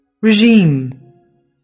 Regime